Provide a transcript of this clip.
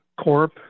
Corp